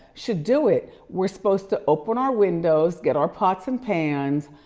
should do it. we're supposed to open our windows, get our pots and pans,